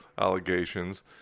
allegations